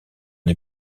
les